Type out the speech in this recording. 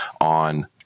on